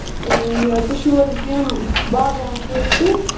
یہِ حظ تُہۍ چھِ حظ یِم باغوان چھِو حظ تُہۍ